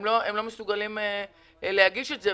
אז הם לא מסוגלים להגיש את זה,